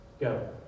go